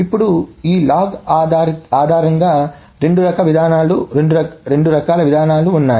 ఇప్పుడు ఈ లాగ్ ఆధారిత ఆధారంగా రెండు రకాల విధానాలు ఉన్నాయి